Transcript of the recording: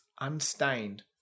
unstained